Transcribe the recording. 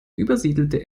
übersiedelte